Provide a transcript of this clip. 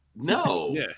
No